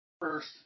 first